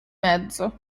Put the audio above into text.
mezzo